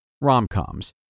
Rom-coms